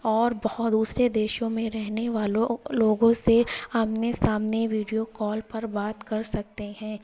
اور بہت دوسرے دیشوں میں رہنے والو لوگوں سے آمنے سامنے ویڈیو کال پر بات کر سکتے ہیں